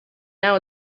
now